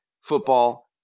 football